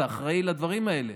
אתה אחראי לדברים האלה: